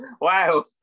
Wow